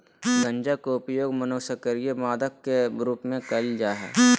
गंजा के उपयोग मनोसक्रिय मादक के रूप में कयल जा हइ